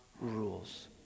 rules